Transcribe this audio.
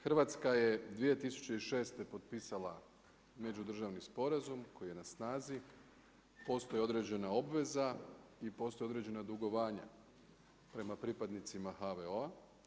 Hrvatska je 2006. potpisala međudržavni sporazum koji je na snazi, postoji određena obveza i postoje određena dugovanja prema pripadnicima HVO-a.